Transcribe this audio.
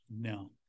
No